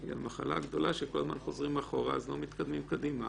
המחלה הגדולה היא שכל הזמן חוזרים אחורה אז לא מתקדמים קדימה.